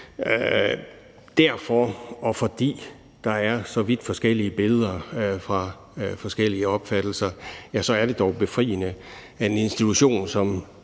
billeder. Fordi der tegnes så vidt forskellige billeder efter de forskellige opfattelser, er det da befriende, at en institution,